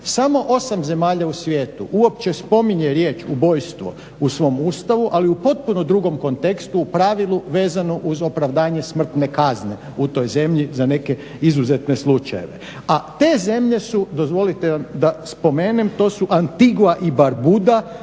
Samo osam zemalja u svijetu uopće spominje riječ ubojstvo u svom Ustavu, ali u potpuno drugom kontekstu u pravilu vezano uz opravdanje smrtne kazne u toj zemlji za neke izuzetne slučajeve, a te zemlje su dozvolite da spomenem to su Antigua i Barbuda,